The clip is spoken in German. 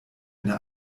eine